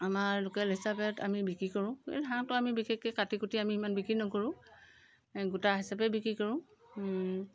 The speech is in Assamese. আমাৰ লোকেল হিচাপে আমি বিক্ৰী কৰোঁ এই হাঁহটো আমি বিশেষকৈ কাটি কুটি আমি ইমান বিক্ৰী নকৰোঁ এই গোটা হিচাপে বিক্ৰী কৰোঁ